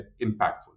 impactful